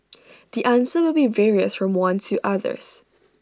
the answer will be various from one to others